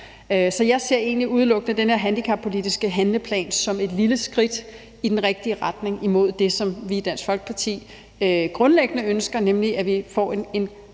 Så jeg ser egentlig udelukkende den her handicappolitiske handleplan som et lille skridt i den rigtige retning imod det, som vi i Dansk Folkeparti grundlæggende ønsker, nemlig at vi får en kæmpe